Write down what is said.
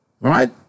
right